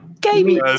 gaming